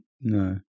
No